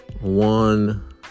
one